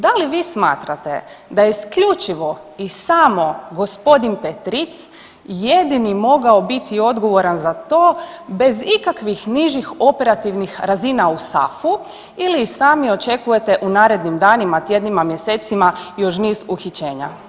Da li Vi smatrate da je isključivo i samo gospodin Petric jedini mogao biti odgovoran za to bez ikakvih nižih operativnih razina u SAF-u ili i sami očekujete u narednim danima, tjednima, mjesecima još niz uhićenja?